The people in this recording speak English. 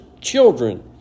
children